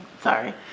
Sorry